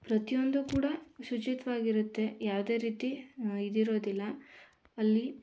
ಪ್ರತಿಯೊಂದು ಕೂಡ ಶುಚಿತ್ವವಾಗಿರುತ್ತೆ ಯಾವುದೇ ರೀತಿ ಇದಿರೋದಿಲ್ಲ ಅಲ್ಲಿ